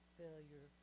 failure